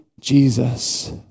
Jesus